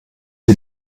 die